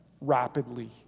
rapidly